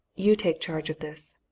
you take charge of this.